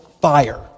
fire